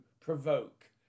provoke